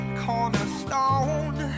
cornerstone